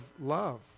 love